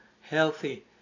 healthy